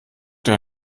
der